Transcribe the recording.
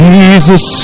Jesus